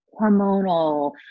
hormonal